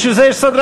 בשביל זה יש סדרנים.